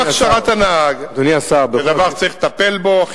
גם הכשרת הנהג זה דבר שצריך לטפל בו.